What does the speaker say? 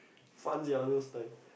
fun sia those time